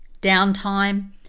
downtime